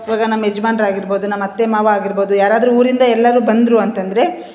ಇವಾಗ ನಮ್ಮ ಯಜ್ಮಾನ್ರು ಆಗಿರ್ಬೋದು ನಮ್ಮ ಅತ್ತೆ ಮಾವ ಆಗಿರ್ಬೋದು ಯಾರಾದರು ಊರಿಂದ ಎಲ್ಲರು ಬಂದರು ಅಂತಂದರೆ